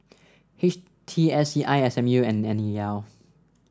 H T S C I S M U and N E L